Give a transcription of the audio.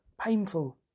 painful